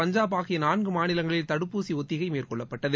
பஞ்சாப் ஆகிய நான்கு மாநிலங்களில் தடுப்பூசி ஒத்திகை மேற்கொள்ளப்பட்டது